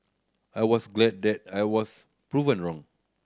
I was glad that I was proven wrong